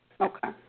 Okay